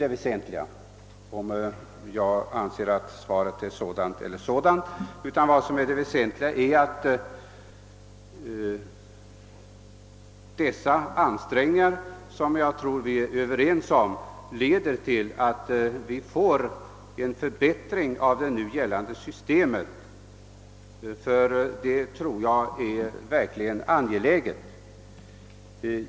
Det väsentliga är dock inte vad jag anser om svaret utan det väsentliga är att dessa ansträngningar — som jag tror vi är överens om — leder till en förbättring av det nu gällande systemet. Det är verkligen angeläget.